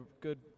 good